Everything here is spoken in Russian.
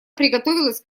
приготовилась